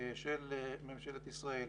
של ממשלת ישראל